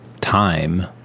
time